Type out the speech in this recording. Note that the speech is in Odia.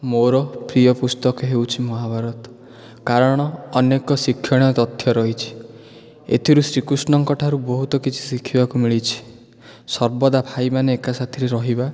ମୋର ପ୍ରିୟ ପୁସ୍ତକ ହେଉଛି ମହାଭାରତ କାରଣ ଅନେକ ଶିକ୍ଷଣୀୟ ତଥ୍ୟ ରହିଛି ଏଥିରୁ ଶ୍ରୀକୃଷ୍ଣଙ୍କ ଠାରୁ ବହୁତ କିଛି ଶିଖିବାକୁ ମିଳିଛି ସର୍ବଦା ଭାଇ ମାନେ ଏକା ସାଥିରେ ରହିବା